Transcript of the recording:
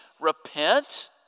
repent